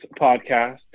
podcast